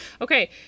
Okay